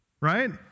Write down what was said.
Right